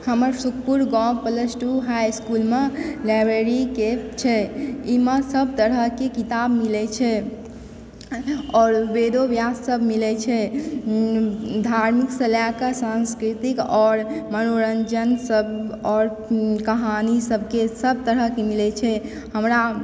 हमर सुखपुर गाॅंव plus two high इसकुलमे लाइब्रेरी के छै एहि मे सब तरहके किताब मिलै छै आओर वेदो व्यास सब मिलै छै धार्मिक सऽ लय कऽ सांस्कृतिक आओर मनोरंजन सब आओर कहानी सबके सबतरहक मिलै छै हमरा